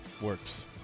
works